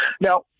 Now